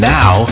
now